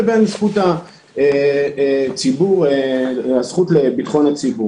לבין זכות הציבור לביטחון.